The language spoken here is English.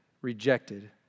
rejected